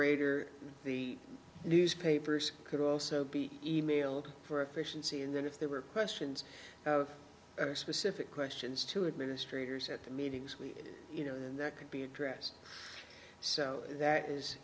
or the newspapers could also be emailed for efficiency and then if there were questions specific questions to administrators at the meetings we you know then that could be addressed so that is